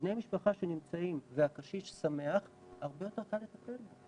בני המשפחה שנמצאים והקשיש שמח הרבה יותר קל לטפל בו,